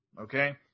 Okay